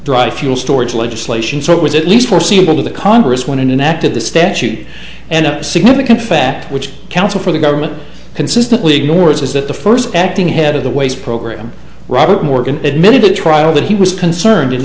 dry fuel storage legislation so it was at least foreseeable that the congress went in an act of the statute and a significant fact which counsel for the government consistently ignores is that the first acting head of the ways program robert morgan admitted to the trial that he was concerned in